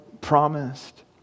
promised